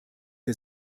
der